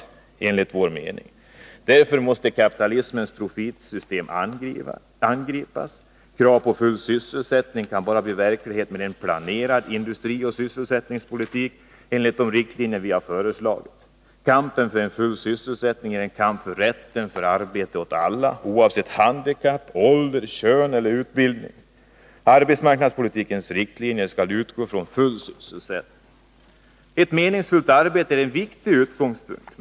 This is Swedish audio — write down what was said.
Därför måste kapitalismens profitsystem angripas. Kravet på full sysselsättning kan bara bli verklighet med en planerad industrioch sysselsättningspolitik i enlighet med de riktlinjer som vi har föreslagit. Kampen för full sysselsättning är en kamp för rätten till arbete åt alla, oavsett handikapp, ålder, kön eller utbildning. Arbetsmarknadspolitikens riktlinjer skall utgå från kravet på full sysselsättning. Ett meningsfullt arbete är en viktig utgångspunkt.